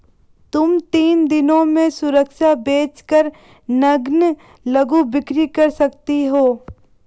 तुम तीन दिनों में सुरक्षा बेच कर नग्न लघु बिक्री कर सकती हो